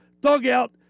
dugout